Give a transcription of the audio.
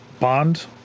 Bond